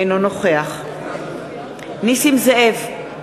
אינו נוכח נסים זאב,